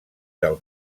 del